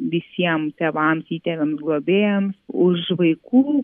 visiem tėvams įtėviams globėjams už vaikų